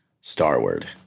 Starward